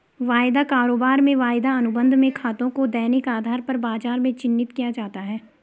वायदा कारोबार में वायदा अनुबंध में खातों को दैनिक आधार पर बाजार में चिन्हित किया जाता है